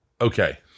okay